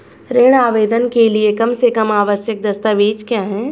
ऋण आवेदन के लिए कम से कम आवश्यक दस्तावेज़ क्या हैं?